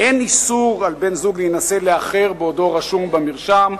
אין איסור על בן זוג להינשא לאחר בעודו רשום במרשם,